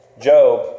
Job